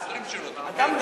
משפט אחד.